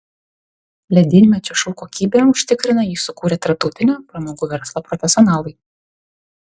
ledynmečio šou kokybę užtikrina jį sukūrę tarptautinio pramogų verslo profesionalai